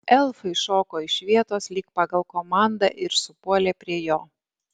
elfai šoko iš vietos lyg pagal komandą ir supuolė prie jo